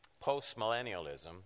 postmillennialism